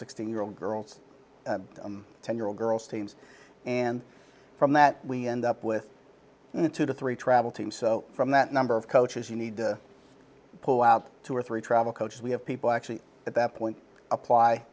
sixteen year old girls ten year old girls teams and from that we end up with two to three travel teams so from that number of coaches you need to pull out two or three travel coaches we have people actually at that point apply